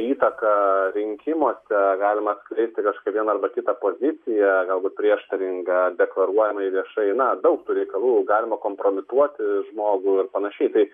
įtaką rinkimuose galima atskleisti kažkokią vieną arba kitą poziciją galbūt prieštaringą deklaruojamai viešai na daug tų reikalų galima kompromituoti žmogų ir panašiai tai